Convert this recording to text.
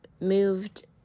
moved